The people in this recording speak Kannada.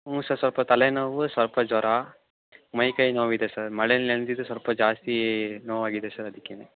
ಹ್ಞೂ ಸರ್ ಸ್ವಲ್ಪ ತಲೆನೋವು ಸ್ವಲ್ಪ ಜ್ವರ ಮೈಕೈ ನೋವು ಇದೆ ಸರ್ ಮಳೇಲಿ ನೆನೆದಿದ್ದು ಸ್ವಲ್ಪ ಜಾಸ್ತಿ ನೋವು ಆಗಿದೆ ಸರ್ ಅದಕ್ಕೇನೆ